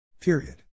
Period